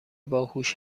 باهوش